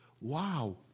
Wow